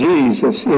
Jesus